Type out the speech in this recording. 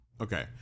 Okay